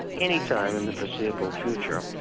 any time in the foreseeable future,